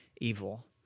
evil